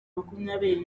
makumyabiri